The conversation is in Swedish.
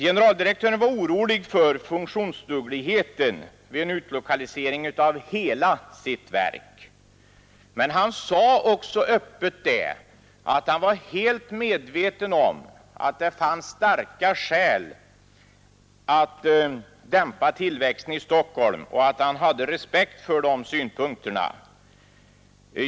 Generaldirektören var orolig för funktionsdugligheten vid en utlokalisering av hela sitt verk, men han sade också öppet att han var helt medveten om att det fanns starka skäl för att dämpa tillväxten i Stockholm och att han hade respekt för de synpunkterna.